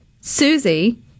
Susie